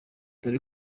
dore